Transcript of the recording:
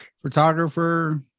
photographer